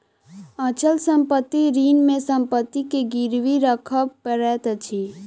अचल संपत्ति ऋण मे संपत्ति के गिरवी राखअ पड़ैत अछि